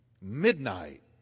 Midnight